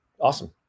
Awesome